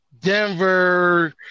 Denver